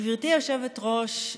גברתי היושבת-ראש,